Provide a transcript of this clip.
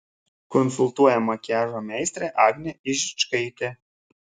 konsultuoja makiažo meistrė agnė ižičkaitė